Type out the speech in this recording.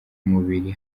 mubiri